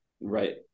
Right